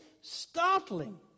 startling